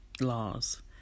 laws